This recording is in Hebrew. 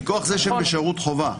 מכוח זה שהם בשירות חובה.